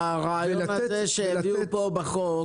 ולתת --- הרעיון שהביאו פה בחוק,